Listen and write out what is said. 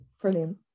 Brilliant